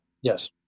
Yes